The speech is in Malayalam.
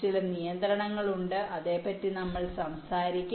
ചില നിയന്ത്രണങ്ങളുണ്ട് അതേപ്പറ്റി നമ്മൾ സംസാരിക്കും